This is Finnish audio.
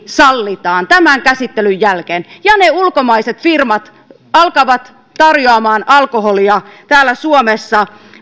sallitaan tämän käsittelyn jälkeen ja ne ulkomaiset firmat alkavat tarjoamaan alkoholia täällä suomessa